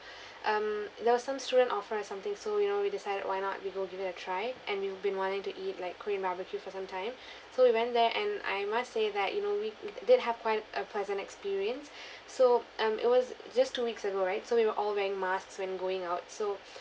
um there were some student offer or something so you know we decided why not we go give it a try and we've been wanting to eat like korean barbecue for some time so we went there and I must say that you know we did have quite a pleasant experience so um it was just two weeks ago right so we were all wearing masks when going out so